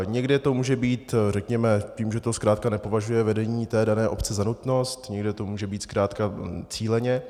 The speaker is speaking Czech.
Někde to může být řekněme tím, že to zkrátka nepovažuje vedení dané obce za nutnost, někde to může být zkrátka cíleně.